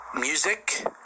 music